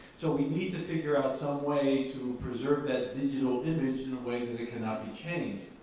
so we need to figure out some way to preserve that digital image in a way that it cannot be changed.